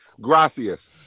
Gracias